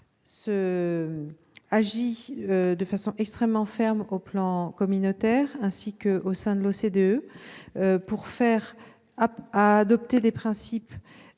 agit de façon extrêmement ferme sur le plan communautaire, ainsi qu'au sein de l'OCDE, pour faire adopter des principes